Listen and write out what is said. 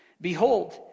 behold